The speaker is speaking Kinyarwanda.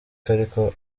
ariko